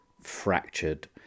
Fractured